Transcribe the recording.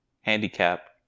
handicap